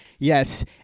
Yes